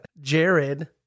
Jared